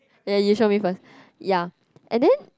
ya you show me first ya and then